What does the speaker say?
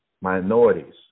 minorities